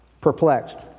Perplexed